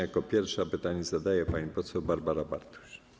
Jako pierwsza pytanie zadaje pani poseł Barbara Bartuś.